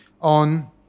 on